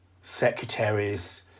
secretaries